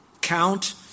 count